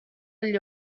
gli